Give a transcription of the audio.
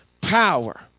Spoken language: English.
power